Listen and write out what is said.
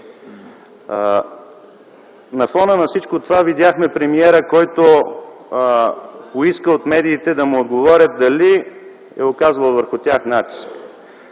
На фона на всичко това видяхме премиера, който поиска от медиите да му отговорят дали е оказвал натиск